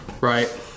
right